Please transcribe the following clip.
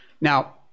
Now